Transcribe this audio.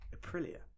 Aprilia